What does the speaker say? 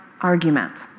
argument